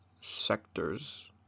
sectors